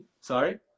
Sorry